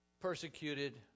persecuted